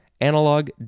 analog